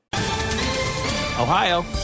Ohio